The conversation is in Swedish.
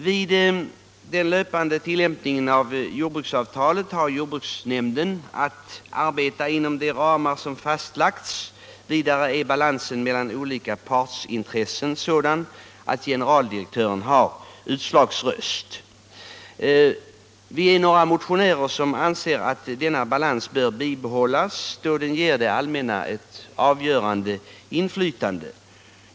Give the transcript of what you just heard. Vid den löpande tillämpningen av jordbruksavtalet har jordbruksnämnden att arbeta inom de ramar som fastlagts. Vidare är balansen mellan olika partsintressen sådan att generaldirektören har utslagsröst. Vi är några motionärer som anser att denna balans bör bibehållas, då den ger det allmänna ett avgörande inflytande.